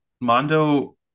Mondo